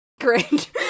great